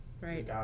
Right